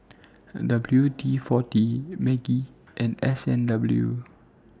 W D forty Maggi and S and W